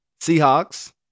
Seahawks